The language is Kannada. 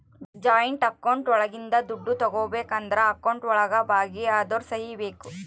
ಜಾಯಿಂಟ್ ಅಕೌಂಟ್ ಒಳಗಿಂದ ದುಡ್ಡು ತಗೋಬೇಕು ಅಂದ್ರು ಅಕೌಂಟ್ ಒಳಗ ಭಾಗಿ ಅದೋರ್ ಸಹಿ ಬೇಕು